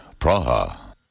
Praha